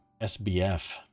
SBF